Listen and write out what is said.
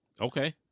Okay